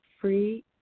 free